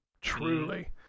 truly